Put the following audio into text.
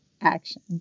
action